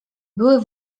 były